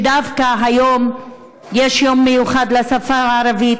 כי דווקא היום יש יום מיוחד לשפה הערבית,